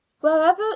wherever